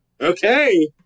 Okay